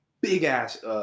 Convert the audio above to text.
big-ass